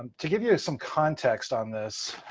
to give you some context on this,